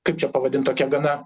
kaip čia pavadint tokie gana